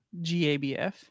gabf